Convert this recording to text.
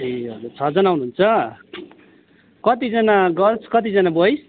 ए हजर छजना आउँनुहुन्छ कतिजना गर्ल्स कतिजना बोइस